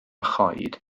choed